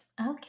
Okay